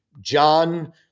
John